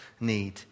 need